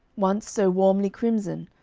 once so warmly crimson,